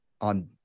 on